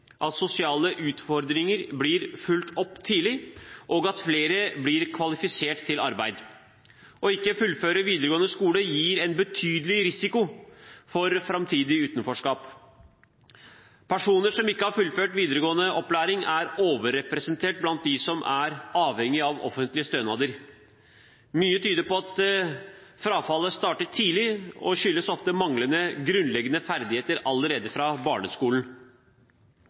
at sosiale utfordringer blir fulgt opp tidlig, og at flere blir kvalifisert til arbeid. Å ikke fullføre videregående skole gir en betydelig risiko for framtidig utenforskap. Personer som ikke har fullført videregående opplæring, er overrepresentert blant dem som er avhengig av offentlige stønader. Mye tyder på at frafallet starter tidlig og ofte skyldes manglende grunnleggende ferdigheter allerede fra barneskolen.